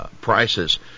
prices